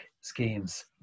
schemes